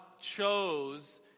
chose